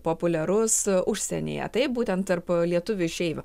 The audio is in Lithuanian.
populiarus užsienyje taip būtent tarp lietuvių išeivių